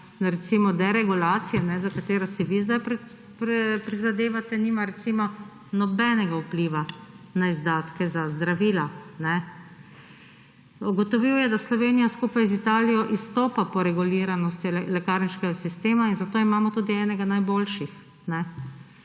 deregulacije, za katero si vi zdaj prizadevate, nima nobenega vpliva na izdatke za zdravila. Ugotovil je, da Slovenija skupaj z Italijo izstopa po reguliranosti lekarniškega sistema in zato tudi imamo enega najboljših.